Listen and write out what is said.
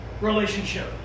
relationship